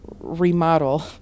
remodel